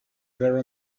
there